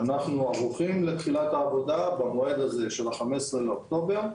שאנחנו ערוכים לתחילת העבודה במועד הזה של ה-15 באוקטובר,